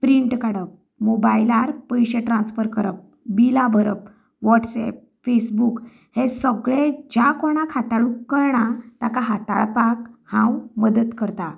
print काडप मोबायलार पयशे ट्रांसफर करप बिलां भरप वॉट्सएप फेसबूक हे सगळे ज्या कोणाक हाताळूंक कळना ताका हाताळपाक हांव मदत करतां